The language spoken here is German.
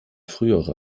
frühere